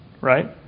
Right